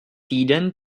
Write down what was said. týden